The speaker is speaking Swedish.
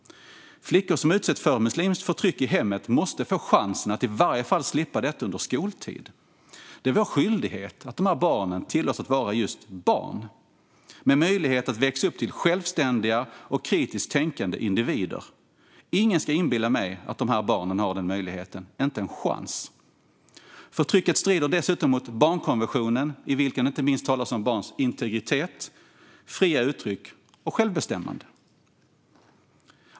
Flickor som utsätts för muslimskt förtryck i hemmet måste få chansen att i varje fall slippa detta under skoltid. Det är vår skyldighet att se till att de här barnen tillåts vara just barn, med möjlighet att växa upp till självständiga och kritiskt tänkande individer. Ingen ska inbilla mig att de här barnen har den möjligheten - inte en chans! Förtrycket strider dessutom mot barnkonventionen, i vilken det inte minst talas om barns integritet, fria uttryck och självbestämmande.